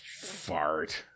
Fart